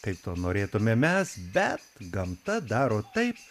kaip to norėtume mes bet gamta daro taip